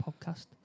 podcast